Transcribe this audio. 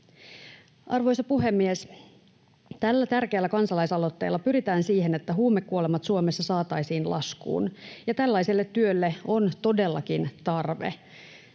Arvoisa puhemies! Tällä tärkeällä kansalaisaloitteella pyritään siihen, että huumekuolemat Suomessa saataisiin laskuun, ja tällaiselle työlle on todellakin tarve.